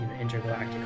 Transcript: intergalactic